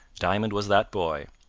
diamond was that boy,